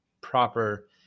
proper